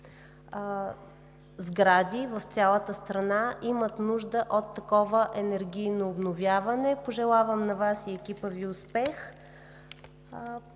сгради в цялата страна имат нужда от такова енергийно обновяване. Пожелавам на Вас и на екипа Ви успех